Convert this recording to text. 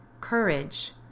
courage